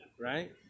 right